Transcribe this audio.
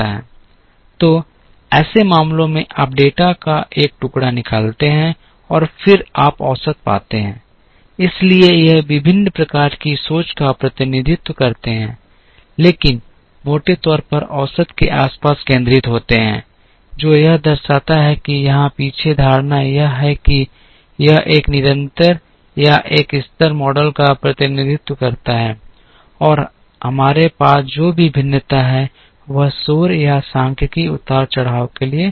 तो ऐसे मामलों में आप डेटा का एक टुकड़ा निकालते हैं और फिर आप औसत पाते हैं इसलिए ये विभिन्न प्रकार की सोच का प्रतिनिधित्व करते हैं लेकिन मोटे तौर पर औसत के आसपास केंद्रित होते हैं जो यह दर्शाता है कि यहां पीछे धारणा यह है कि यह एक निरंतर या एक स्तर मॉडल का प्रतिनिधित्व करता है और हमारे पास जो भी भिन्नता है वह शोर या सांख्यिकीय उतार चढ़ाव के लिए जिम्मेदार है